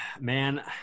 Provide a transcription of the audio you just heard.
man